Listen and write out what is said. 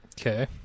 Okay